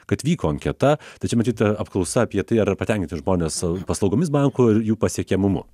kad vyko anketa tai čia matyt apklausa apie tai ar patenkinti žmonės paslaugomis bankų ir jų pasiekiamumu